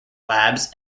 labs